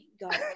god